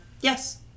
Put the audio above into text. Yes